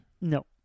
No